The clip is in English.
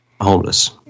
homeless